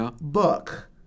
book